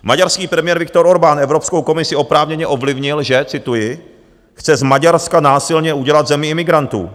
Maďarský premiér Viktor Orbán Evropskou komisi oprávněně ovlivnil , že cituji chce z Maďarska násilně udělat zemi imigrantů.